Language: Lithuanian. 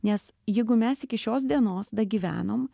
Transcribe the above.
nes jeigu mes iki šios dienos dagyvenom